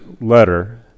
letter